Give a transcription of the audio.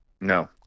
No